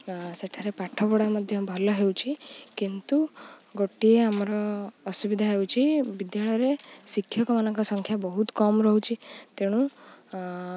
ସେଠାରେ ପାଠପଢ଼ା ମଧ୍ୟ ଭଲ ହେଉଛି କିନ୍ତୁ ଗୋଟିଏ ଆମର ଅସୁବିଧା ହେଉଛି ବିଦ୍ୟାଳୟରେ ଶିକ୍ଷକମାନଙ୍କ ସଂଖ୍ୟା ବହୁତ କମ୍ ରହୁଛି ତେଣୁ